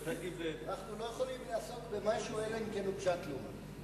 אנחנו לא יכולים לעסוק במשהו אלא אם כן הוגשה תלונה.